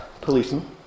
policeman